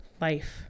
life